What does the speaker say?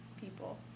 people